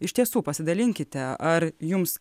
iš tiesų pasidalinkite ar jums